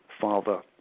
father